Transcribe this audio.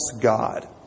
God